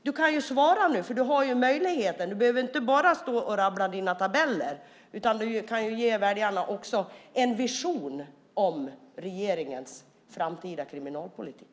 Du kan svara nu när du har den möjligheten. I stället för att bara rabbla dina tabeller kan du också ge väljarna en vision om regeringens framtida kriminalpolitik.